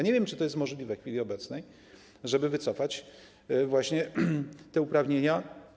Nie wiem, czy to jest możliwe w chwili obecnej, żeby wycofać właśnie te uprawnienia.